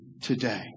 today